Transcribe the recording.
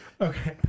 Okay